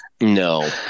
no